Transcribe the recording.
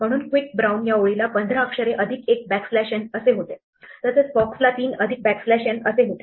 म्हणून quick brown या ओळी ला 15 अक्षरे अधिक एक बॅकस्लॅश n होते तसेच fox ला 3 अधिक बॅकस्लॅश n असे होते